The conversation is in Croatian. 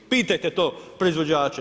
Pitajte to proizvođače.